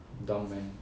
dunman